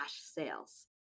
sales